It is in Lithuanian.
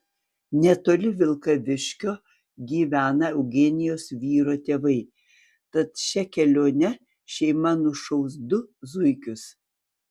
netoli vilkaviškio gyvena eugenijos vyro tėvai tad šia kelione šeima nušaus du zuikius